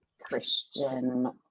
Christian